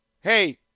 hey